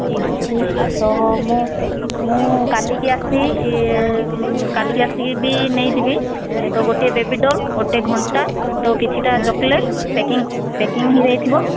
ଠିକ୍ ଅଛି ତ ମୁଁ ମୁଁ କାଲିକି ଆସି କାଲିକି ଆସିକି ବି ନେଇଯିବି ତ ଗୋଟିଏ ବେବିଡ଼ଲ୍ ଗୋଟେ ଘଣ୍ଟା ତ କିଛିଟା ଚକୋଲେଟ୍ ପ୍ୟାକିଂ ପ୍ୟାକିଂ ହେଇଯାଇଥିବ